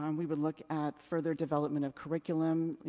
um we would look at further development of curriculum. you